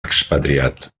expatriat